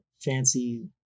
Fancy